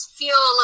feel